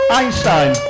Einstein